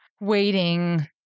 waiting